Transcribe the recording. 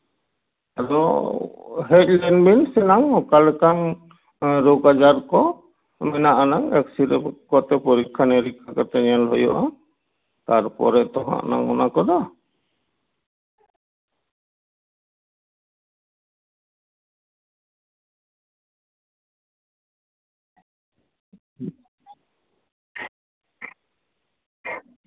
ᱟᱫᱚ ᱦᱮᱡ ᱞᱮᱱ ᱵᱮᱱ ᱮᱱᱟᱝ ᱚᱠᱟᱞᱮᱠᱟᱱ ᱨᱳᱜᱽ ᱟᱡᱟᱨ ᱠᱚ ᱢᱮᱱᱟᱜ ᱟᱱᱟᱝ ᱮᱠᱥᱤᱨᱟᱹ ᱠᱚᱛᱮ ᱯᱚᱨᱤᱠᱠᱷᱟᱼᱱᱤᱨᱤᱠᱠᱷᱟ ᱠᱟᱛᱮ ᱧᱮᱞ ᱦᱩᱭᱩᱜᱼᱟ ᱛᱟᱨᱯᱚᱨᱮ ᱛᱚ ᱦᱟᱸᱜ ᱚᱱᱟ ᱠᱚᱫᱚ